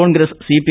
Congress CP